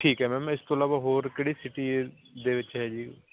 ਠੀਕ ਹੈ ਮੈਮ ਮੈਂ ਇਸ ਤੋਂ ਇਲਾਵਾ ਹੋਰ ਕਿਹੜੀ ਸਿਟੀ ਦੇ ਵਿੱਚ ਹੈ ਜੀ